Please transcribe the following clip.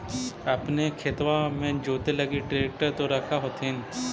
अपने खेतबा मे जोते लगी ट्रेक्टर तो रख होथिन?